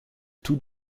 tout